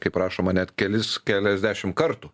kaip rašoma net kelis keliasdešimt kartų